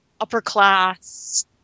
upper-class